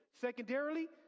Secondarily